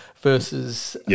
versus